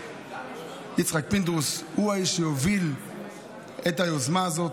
יצחק פינדרוס הוא האיש שיוביל את היוזמה הזאת.